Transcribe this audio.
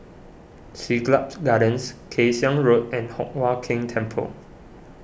Siglap Gardens Kay Siang Road and Hock Huat Keng Temple